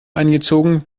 eingezogen